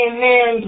Amen